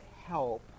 help